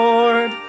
Lord